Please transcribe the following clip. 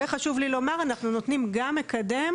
חשוב לי לומר בנוסף שאנחנו נותנים גם מקדם